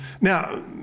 now